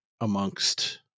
amongst